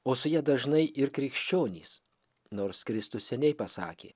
o su ja dažnai ir krikščionys nors kristus seniai pasakė